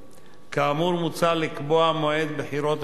כאמור, מוצע לקבוע מועד בחירות אחיד,